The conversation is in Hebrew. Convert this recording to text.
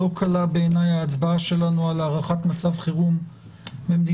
לא קלה בעיניי ההצבעה שלנו על הארכת מצב חירום במדינת